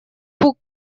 пук